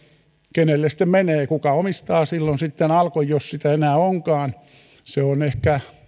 kenelle sitten menee kuka omistaa silloin sitten alkon jos sitä enää onkaan se on ehkä